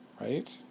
right